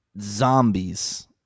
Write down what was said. zombies